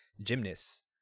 gymnasts